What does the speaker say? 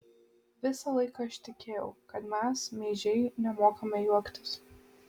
visą laiką aš tikėjau kad mes meižiai nemokame juoktis